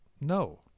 no